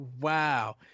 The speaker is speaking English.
wow